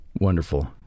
Wonderful